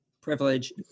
privilege